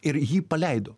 ir jį paleido